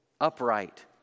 upright